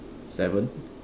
seven